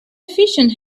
efficient